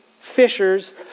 fishers